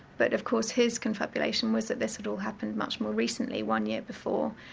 but of course his confabulation was that this had all happened much more recently, one year before.